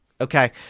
Okay